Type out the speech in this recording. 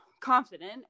confident